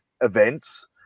events